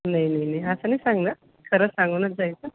नाही नाही नाही असं नाही सांगणार खरंच सांगूनच जायचं